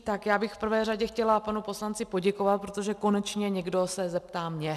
Já bych v prvé řadě chtěla panu poslanci poděkovat, protože konečně někdo se zeptá mě.